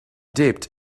dipped